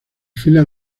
filas